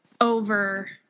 over